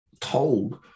told